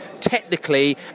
technically